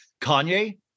Kanye